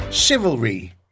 Chivalry